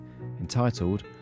entitled